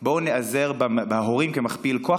בואו ניעזר בהורים כמכפיל כוח,